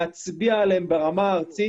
להצביע עליהם ברמה הארצית,